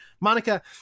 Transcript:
Monica